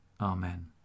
Amen